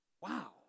Wow